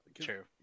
True